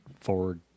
forward